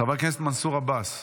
חבר הכנסת מנסור עבאס.